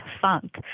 funk